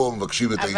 מבקשים את האישור,